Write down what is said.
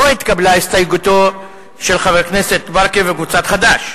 לא התקבלה ההסתייגות של חבר הכנסת ברכה וקבוצת חד"ש.